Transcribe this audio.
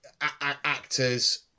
actors